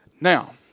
Now